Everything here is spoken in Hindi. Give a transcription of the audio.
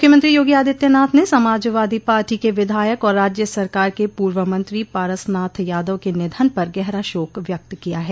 मुख्यमंत्री योगी आदित्यनाथ ने समाजवादी पार्टी के विधायक और राज्य सरकार के पूर्व मंत्री पारसनाथ यादव के निधन पर गहरा शोक व्यक्त किया है